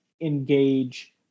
engage